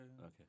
Okay